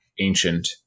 ancient